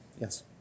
yes